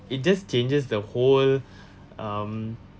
it just changes the whole um